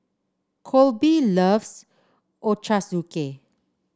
Colby loves Ochazuke